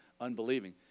unbelieving